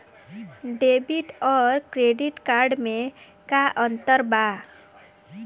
Debit आउर credit card मे का अंतर बा?